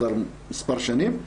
כבר מספר שנים.